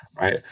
right